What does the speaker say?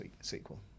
sequel